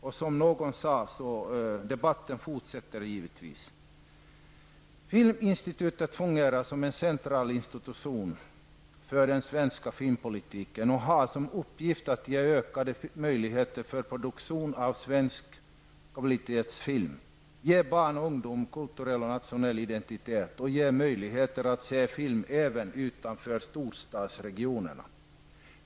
Men, som någon sade, debatten kommer givetvis att fortsätta. Filminstitutet fungerar som en central institution för den svenska filmpolitiken och har som uppgift att ge ökade möjligheter för produktion av svensk kvalitetsfilm, ge barn och ungdom kulturell och nationell identitet och ge möjligheter att se film även utanför storstadsregionerna.